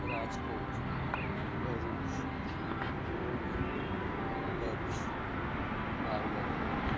Rajkot Bharuch Morbi Kutch Bhavnagar